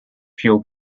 fuel